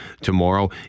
tomorrow